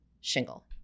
shingle